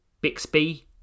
Bixby